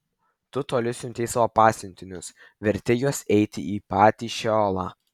tu toli siuntei savo pasiuntinius vertei juos eiti į patį šeolą